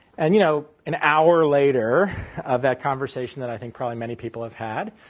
and you know, an hour or later of that conversation that i think probably many people have had.